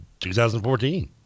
2014